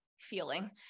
Feeling